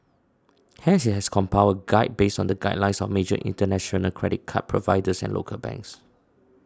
hence it has compiled a guide based on the guidelines of major international credit card providers and local banks